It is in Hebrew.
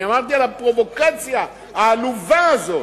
אני דיברתי על הפרובוקציה העלובה הזאת,